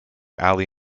ali